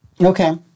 Okay